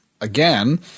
again